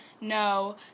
No